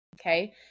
Okay